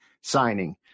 signing